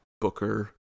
Booker